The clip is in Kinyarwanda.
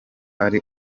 ari